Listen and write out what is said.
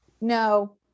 no